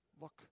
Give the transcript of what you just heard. look